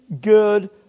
good